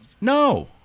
No